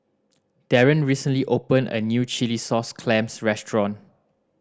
Darron recently opened a new chilli sauce clams restaurant